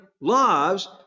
lives